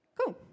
Cool